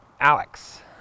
Alex